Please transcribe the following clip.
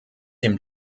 dem